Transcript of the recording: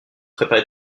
préparé